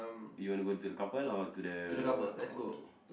you want to go into the couple or to the okay